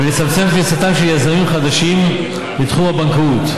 ולצמצם את כניסתם של יזמים חדשים לתחום הבנקאות,